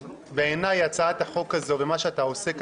בעיני הצעת החוק הזאת ומה שאתה עושה כאן